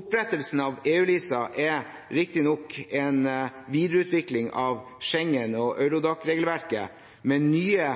Opprettelsen av eu-LISA er riktignok en videreutvikling av Schengen- og Eurodac-regelverket, men nye